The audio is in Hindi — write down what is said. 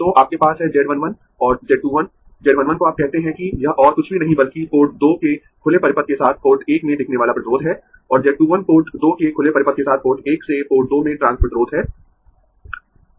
तो आपके पास है Z 1 1 और Z 2 1 Z 1 1 को आप कह सकते है कि यह और कुछ भी नहीं बल्कि पोर्ट 2 के खुले परिपथ के साथ पोर्ट 1 में दिखने वाला प्रतिरोध है और Z 21 पोर्ट 2 के खुले परिपथ के साथ पोर्ट 1 से पोर्ट 2 में ट्रांस प्रतिरोध है